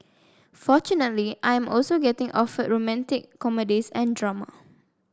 fortunately I am also getting offered romantic comedies and drama